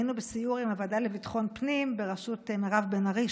היינו בסיור עם הוועדה לביטחון הפנים בראשות מירב בן ארי.